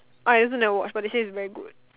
I also never watch but they say it's very good